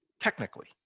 technically